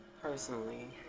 personally